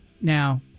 Now